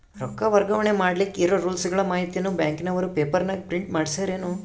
ರೊಕ್ಕ ವರ್ಗಾವಣೆ ಮಾಡಿಲಿಕ್ಕೆ ಇರೋ ರೂಲ್ಸುಗಳ ಮಾಹಿತಿಯನ್ನ ಬ್ಯಾಂಕಿನವರು ಪೇಪರನಾಗ ಪ್ರಿಂಟ್ ಮಾಡಿಸ್ಯಾರೇನು?